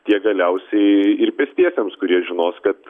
tiek galiausiai ir pėstiesiems kurie žinos kad